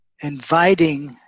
inviting